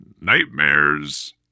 Nightmares